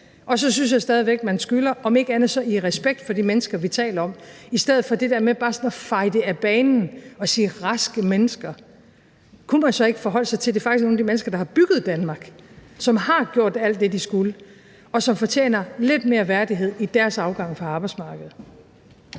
Så synes jeg stadig væk, man skylder, om ikke andet så respekt for de mennesker og for det, vi taler om, i stedet for det der med bare sådan at feje det af banen og sige raske mennesker. Kunne man så ikke forholde sig til, at det faktisk er nogle af de mennesker, der har bygget Danmark, og som har gjort alt det, de skulle, og som fortjener lidt mere værdighed i deres afgang fra arbejdsmarkedet?